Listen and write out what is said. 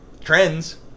trends